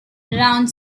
round